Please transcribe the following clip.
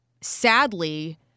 sadly